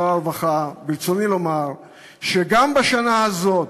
שר הרווחה, ברצוני לומר שגם בשנה הזאת,